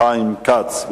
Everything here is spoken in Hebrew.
חיים כץ.